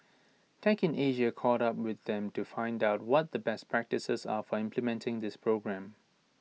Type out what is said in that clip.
tech in Asia caught up with them to find out what the best practices are for implementing this program